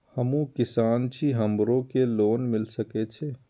हमू किसान छी हमरो के लोन मिल सके छे?